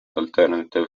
alternative